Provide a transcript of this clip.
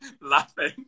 laughing